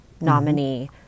nominee